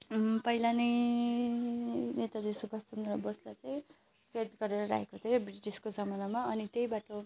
पहिला नै नेताजी सुभाषचन्द्र बोसलाई चाहिँ कैद गरेर राखेको थियो ब्रिटिसको जमानामा अनि त्यही बाटो